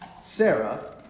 Sarah